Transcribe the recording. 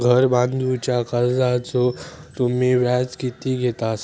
घर बांधूच्या कर्जाचो तुम्ही व्याज किती घेतास?